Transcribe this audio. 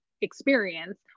experience